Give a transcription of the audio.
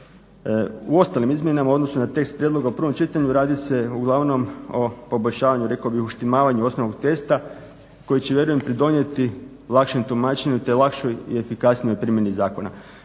U ostalim izmjenama u odnosu na tekst prijedloga u prvom čitanju radi se uglavnom o poboljšavanju, rekao bih uštimavanju osnovnog testa koji će vjerujem pridonijeti lakšem tumačenju te lakšoj i efikasnijoj primjeni zakona.